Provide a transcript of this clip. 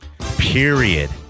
Period